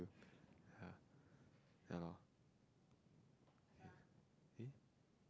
ya ya lor eh